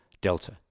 Delta